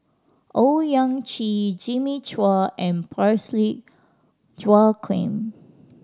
Owyang Chi Jimmy Chua and Parsick Joaquim